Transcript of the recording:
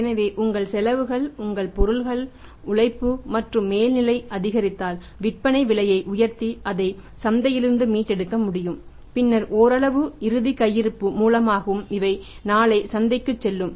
எனவே உங்கள் செலவுகள் உங்கள் பொருள்கள் உழைப்பு மற்றும் மேல்நிலைகள் அதிகரித்தால் விற்பனை விலையை உயர்த்தி அதை சந்தையிலிருந்து மீட்டெடுக்க முடியும் பின்னர் ஓரளவு இறுதி கையிருப்பு மூலமாகவும் இவை நாளை சந்தைக்குச் செல்லும்